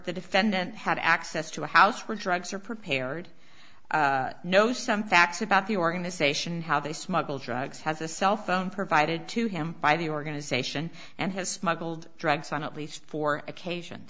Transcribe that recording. the defendant have access to a house where drugs are prepared know some facts about the organization how they smuggle drugs has a cellphone provided to him by the organization and has smuggled drugs on at least four occasion